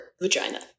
vagina